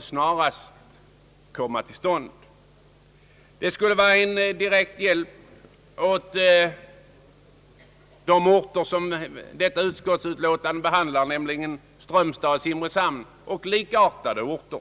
snarast bör komma till stånd. Det skulle vara en direkt hjälp åt de orter som detta utskottsutlåtande behandlar, nämligen Strömstad och Simrishamn, samt likärtade orter.